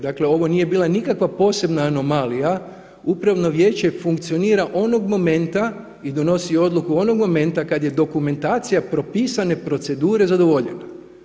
Dakle ovo nije bila nikakva posebna anomalija, upravno vijeće funkcionira onog momenta i donosi odluku onog momenta kada je dokumentacija propisane procedure zadovoljena.